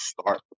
start